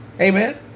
Amen